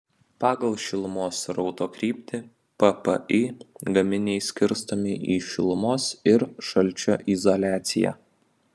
pagal šilumos srauto kryptį ppi gaminiai skirstomi į šilumos ir šalčio izoliaciją